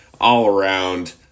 all-around